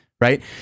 Right